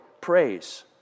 praise